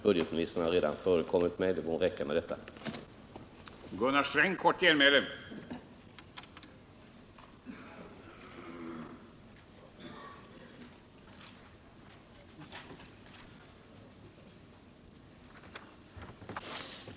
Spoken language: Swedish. I övrigt har budgetoch ekonomiministern redan förekommit mig.